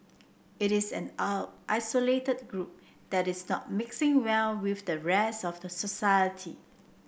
it is an isolated group that is not mixing well with the rest of the society